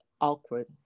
awkward